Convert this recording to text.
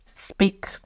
speak